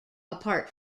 apart